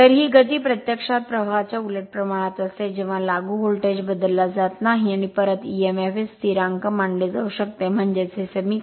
तर ही गती प्रत्यक्षात प्रवाहाच्या उलट प्रमाणात असते जेव्हा लागू व्होल्टेज बदलला जात नाही आणि परत Emf हे स्थिरांक मानले जाऊ शकते म्हणजेच हे समीकरण